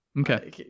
okay